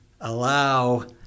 allow